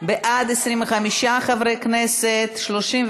(1) של חברי הכנסת אורלי לוי אבקסיס,